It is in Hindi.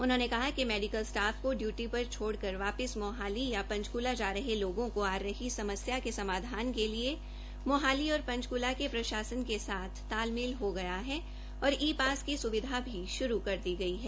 उन्होंने कहा कि मेडीकल स्टाफ को डयूटी पर छोड़कर वापिस मोहाली या पंचकूला जा रहे लोगों को आ रही समस्या के समाधान के लिए मोहाली और पंचकूला के प्रशासन के साथ तालमेल हो गया है और ई पास की सुविधा भी शुरू कर दी गई है